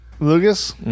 Lucas